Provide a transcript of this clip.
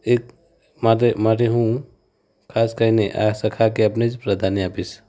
એક માટે માટે હું ખાસ કરીને આ સખા કૅબને જ પ્રાધાન્ય આપીશ